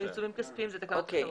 זה עיצומים כספיים, אלו תקנות אחרות.